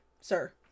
sir